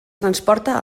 transporta